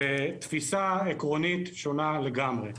ותפיסה עקרונית שונה לגמרי.